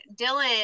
Dylan